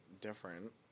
different